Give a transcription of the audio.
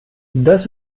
das